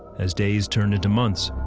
as days turned into months,